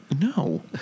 No